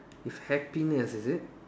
with happiness is it